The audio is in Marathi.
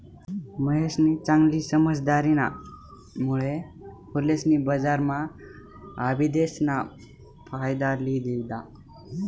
महेशनी चांगली समझदारीना मुळे फुलेसनी बजारम्हा आबिदेस ना फायदा लि लिदा